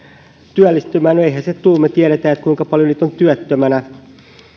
työllistymään no eihän se tule me tiedämme kuinka paljon heitä on työttömänä